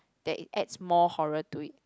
that it adds more horror to it